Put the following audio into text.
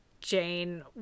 Jane